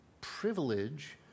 privilege